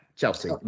Chelsea